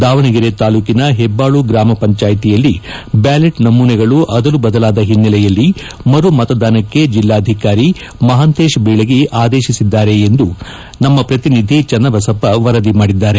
ದಾವಣಗೆರೆ ತಾಲೂಕಿನ ಹೆಬ್ಬಾಳು ಗ್ರಾಮ ಪಂಚಾಯತಿಯಲ್ಲಿ ಬ್ಯಾಲೆಟ್ ನಮೂನೆಗಳು ಅದಲು ಬದಲಾದ ಹಿನ್ನೆಲೆಯಲ್ಲಿ ಮರು ಮತದಾನಕ್ಕೆ ಜಿಲ್ಲಾಧಿಕಾರಿ ಮಹಾಂತೇಶ ಬೀಳಗಿ ಆದೇಶಿಸಿದ್ದಾರೆ ಎಂದು ನಮ್ಮ ಪ್ರತಿನಿಧಿ ಚನ್ನಬಸಪ್ಪ ವರದಿ ಮಾಡಿದ್ದಾರೆ